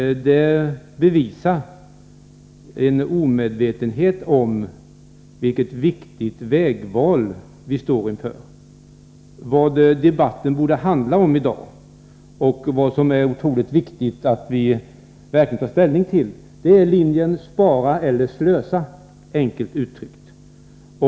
Det bevisar en omedvetenhet om vilket viktigt vägval vi står inför. Vad debatten borde handla om i dag och vad som är otroligt viktigt är att vi verkligen tar ställning till om vi skall följa linjen spara eller linjen slösa, enkelt uttryckt.